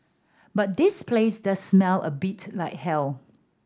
but this place does smell a bit like hell